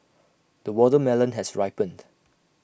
the watermelon has ripened